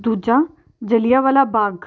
ਦੂਜਾ ਜਲਿਆਂਵਾਲਾ ਬਾਗ